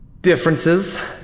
differences